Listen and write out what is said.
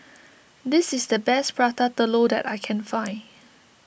this is the best Prata Telur that I can find